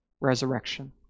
resurrection